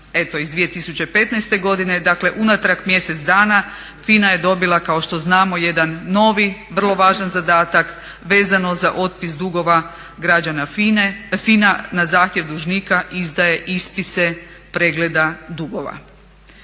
eto iz 2015. godine, dakle unatrag mjesec dana FINA je dobila kao što znamo jedan novi, vrlo važan zadatak vezano za otpis dugova građana, FINA na zahtjev dužnika izdaje ispise pregleda dugova.